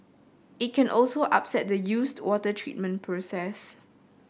it can also upset the used water treatment process